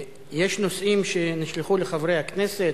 יש נושאים שנשלחו לחברי הכנסת.